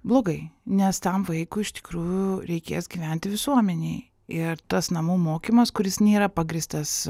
blogai nes tam vaikui iš tikrųjų reikės gyventi visuomenėj ir tas namų mokymas kuris nėra pagrįstas